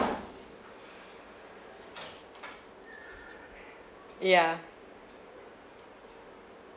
yeah